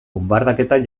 bonbardaketak